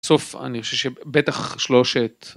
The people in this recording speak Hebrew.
סוף אני חושב שבטח שלושת.